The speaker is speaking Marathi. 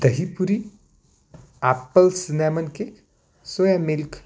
dahi puri apple cinnamon cake soya milk